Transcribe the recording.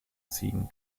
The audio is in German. ziehen